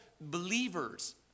believers